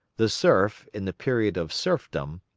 the serf, in the period of serfdom,